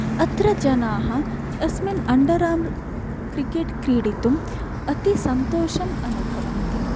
अत्र जनाः अस्मिन् अन्डर् अर्म् क्रिकेट् क्रीडितुम् अतिसन्तोषं अनुभवन्ति